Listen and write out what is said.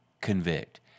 convict